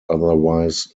otherwise